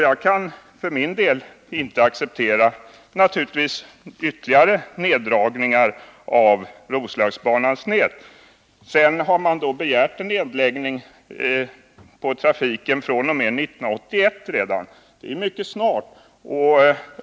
Jag kan för min del naturligtvis inte acceptera ytterligare neddragningar av Roslagsbanan. Vidare har man begärt nedläggning av trafiken redan fr.o.m. 1981. vilket är mycket snart.